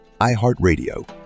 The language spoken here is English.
iHeartRadio